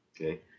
Okay